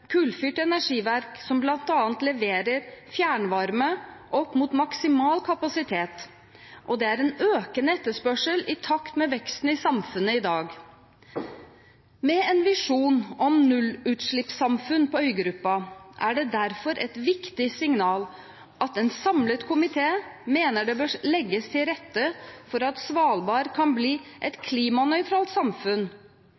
kullfyrt energiverk som bl.a. leverer fjernvarme opp mot maksimal kapasitet, og det er en økende etterspørsel i takt med veksten i samfunnet i dag. Med en visjon om nullutslippssamfunn på øygruppa er det derfor et viktig signal at en samlet komité mener det bør legges til rette for at Svalbard kan bli